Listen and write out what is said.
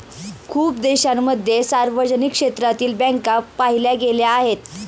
खूप देशांमध्ये सार्वजनिक क्षेत्रातील बँका पाहिल्या गेल्या आहेत